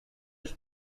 its